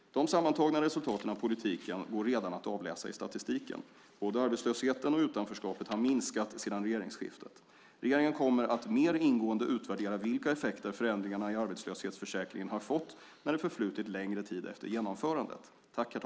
De sammantagna resultaten av politiken går redan att avläsa i statistiken. Både arbetslösheten och utanförskapet har minskat sedan regeringsskiftet. Regeringen kommer att mer ingående utvärdera vilka effekter förändringarna i arbetslöshetsförsäkringen har fått när det förflutit längre tid efter genomförandet.